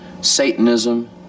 Satanism